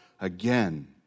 again